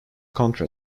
counter